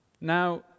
Now